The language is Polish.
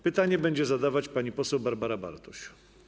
Pytanie będzie zadawać pani poseł Barbara Bartuś.